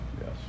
Yes